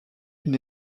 une